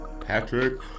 Patrick